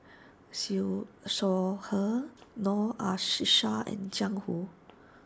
Siew Shaw Her Noor Aishah and Jiang Hu